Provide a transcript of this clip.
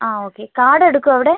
ആ okay card എടുക്കുമോ ഇവിടെ